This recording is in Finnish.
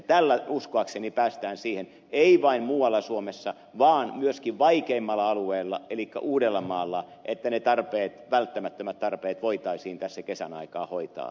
tällä uskoakseni päästään siihen ei vain muualla suomessa vaan myöskin vaikeimmalla alueella elikkä uudellamaalla että ne välttämättömät tarpeet voitaisiin tässä kesän aikaan hoitaa